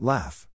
Laugh